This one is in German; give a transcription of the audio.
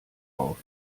auf